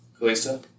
Kalista